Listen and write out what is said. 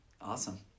Awesome